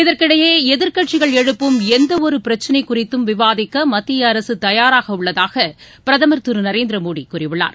இதற்கிடையே எதிர்க்கட்சிகள் எழுப்பும் எந்தஒருபிரச்சனைகுறித்தும் விவாதிக்கமத்திய அரசுதயாராகஉள்ளதாகபிரதமர் திருநரேந்திரமோடிகூறியுள்ளார்